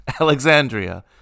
Alexandria